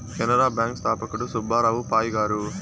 Canara bank స్థాపకుడు సుబ్బారావు పాయ్ గారు